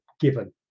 given